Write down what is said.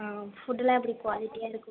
ஆ ஃபுட்டுலாம் எப்படி குவாலிட்டியாக இருக்குமா